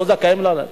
לא זכאים לעלות.